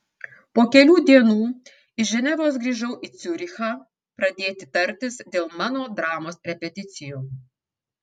po kelių dienų iš ženevos grįžau į ciurichą pradėti tartis dėl mano dramos repeticijų